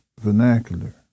vernacular